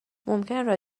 ممکنه